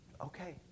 okay